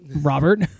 Robert